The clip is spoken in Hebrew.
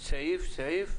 סעיף, סעיף.